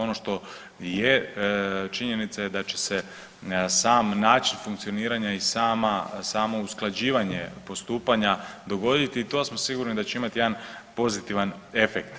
Ono što je činjenica da će se sam način funkcioniranja i samo usklađivanje postupanja dogoditi i to sigurni da će imat jedan pozitivan efekt.